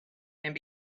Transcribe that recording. and